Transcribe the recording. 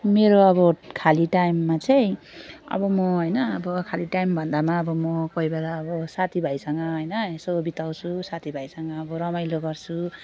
मेरो अब खाली टाइममा चाहिँ अब म होइन अब खाली टाइम भन्दामा अब म कोही बेला अब साथीभाइसँग होइन यसो बिताउँछु साथीभाइसँग अब रमाइलो गर्छु